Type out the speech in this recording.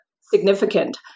significant